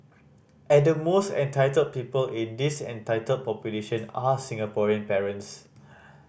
and the most entitled people in this entitled population are Singaporean parents